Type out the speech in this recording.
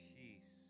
peace